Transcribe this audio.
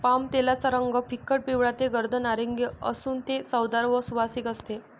पामतेलाचा रंग फिकट पिवळा ते गर्द नारिंगी असून ते चवदार व सुवासिक असते